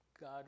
God